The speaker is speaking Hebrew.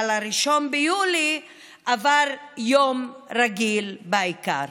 אבל 1 ביולי עבר כיום רגיל, בעיקר,